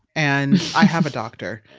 and i have a doctor,